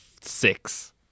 six